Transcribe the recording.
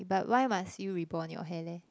but why must you rebond your hair leh